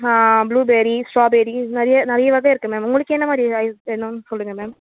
blueberry strawberry நிறைய நிறைய வகை இருக்குது மேம் உங்களுக்கு என்ன மாதிரி ஐஸ் வேணும்னு சொல்லுங்கள் மேம்